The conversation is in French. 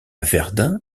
verdun